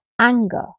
anger